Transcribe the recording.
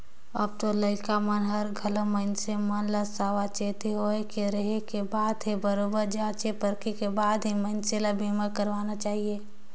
अब तो लइका मन हर घलो मइनसे मन ल सावाचेती होय के रहें के बात हे बरोबर जॉचे परखे के बाद ही मइनसे ल बीमा करवाना चाहिये